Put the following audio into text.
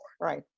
right